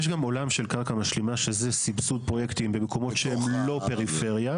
יש גם עולם של קרקע משלימה שזה סבסוד פרויקטים במקומות שהם לא פריפריה.